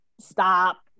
stop